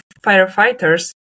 firefighters